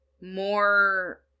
more